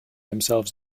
themselves